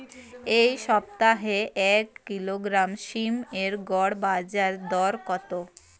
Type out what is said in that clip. এই সপ্তাহে এক কিলোগ্রাম সীম এর গড় বাজার দর কত?